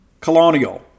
Colonial